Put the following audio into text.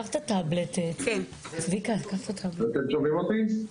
כן, שומעים.